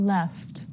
Left